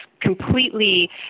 completely